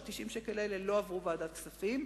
שה-90 שקל האלה לא עברו בוועדת הכספים.